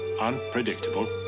Unpredictable